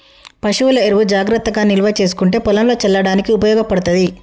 పశువుల ఎరువు జాగ్రత్తగా నిల్వ చేసుకుంటే పొలంల చల్లడానికి ఉపయోగపడ్తది